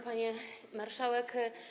Pani Marszałek!